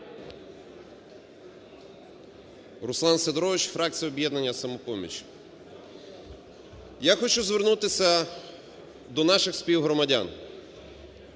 Руслан Сидорович, фракція "Об'єднання "Самопоміч". Я хочу звернутися до наших співгромадян.